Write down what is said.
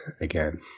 again